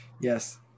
Yes